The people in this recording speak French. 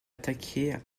attaqué